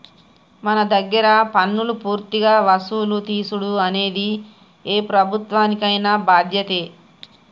మన దగ్గర పన్నులు పూర్తిగా వసులు తీసుడు అనేది ఏ ప్రభుత్వానికైన బాధ్యతే